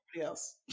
else